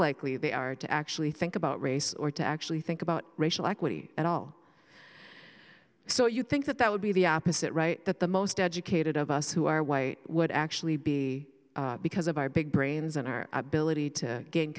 likely they are to actually think about race or to actually think about racial equity at all so you think that that would be the opposite right that the most educated of us who are white would actually be because of our big brains and our ability to g